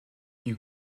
you